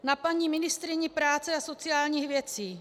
Na paní ministryni práce a sociálních věcí.